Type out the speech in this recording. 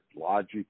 Logic